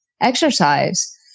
exercise